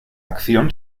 acción